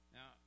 Now